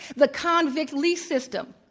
the convict lease system.